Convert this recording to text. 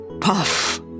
Puff